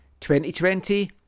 2020